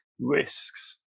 risks